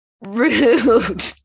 rude